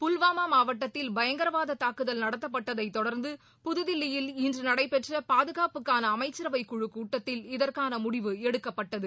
புல்வாமா மாவட்டத்தில் பயங்கரவாத தாக்குதல் நடத்தப்பட்டதை தொடர்ந்து புதுதில்லியில் இன்று நடைபெற்ற பாதுகாப்புக்கான அமைச்சரவைக்குழு கூட்டத்தில் இதற்கான முடிவு எடுக்கப்பட்டது